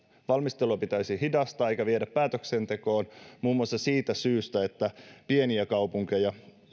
valmistelua pitäisi hidastaa eikä viedä päätöksentekoon muun muassa siitä syystä että pieniä kaupunkeja